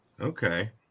Okay